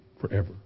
forever